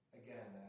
again